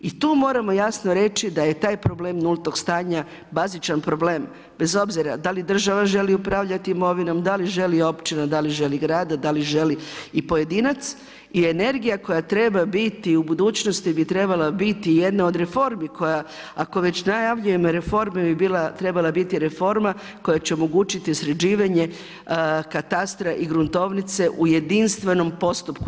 I tu moramo jasno reći da je taj problem nultog stanja bazičan problem bez obzira da li država želi upravljati imovinom, da li želi općina, da li želi grad, da li želi i pojedinac i energija koja treba biti u budućnosti bi trebala biti jedna od reformi koja ako već najavljujemo reforma bi trebala biti reforma koja će omogućiti sređivanje katastra i gruntovnice u jedinstvenom postupku.